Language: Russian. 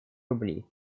рублей